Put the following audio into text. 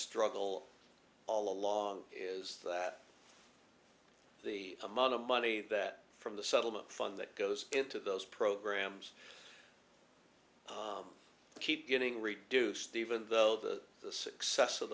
struggle all along is that the amount of money that from the settlement fund that goes into those programs keep getting reduced even though the success of